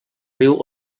riu